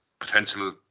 potential